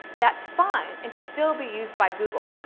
that's fine and can still be used by google.